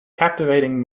captivating